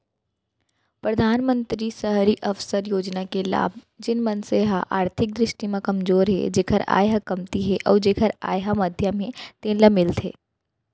परधानमंतरी सहरी अवास योजना के लाभ जेन मनसे ह आरथिक दृस्टि म कमजोर हे जेखर आय ह कमती हे अउ जेखर आय ह मध्यम हे तेन ल मिलथे